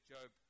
Job